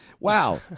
Wow